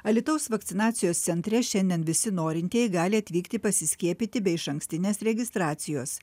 alytaus vakcinacijos centre šiandien visi norintieji gali atvykti pasiskiepyti be išankstinės registracijos